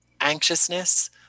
anxiousness